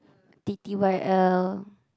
T_T_Y_L